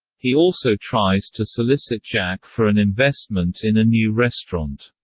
he also tries to solicit jack for an investment in a new restaurant.